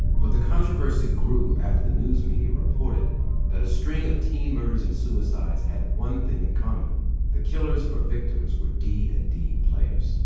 but the controversy grew after the news media reported that a string of teen murders and suicides had one thing in common the killers or victims were d and d players.